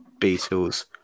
Beatles